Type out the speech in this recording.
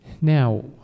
Now